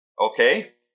Okay